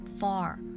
far